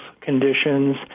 conditions